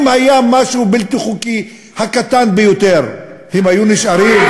אם היה משהו בלתי חוקי הקטן ביותר, הם היו נשארים?